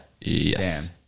Yes